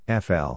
FL